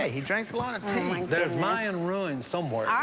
ah he drinks a lot of tea. there's mayan ruins somewhere.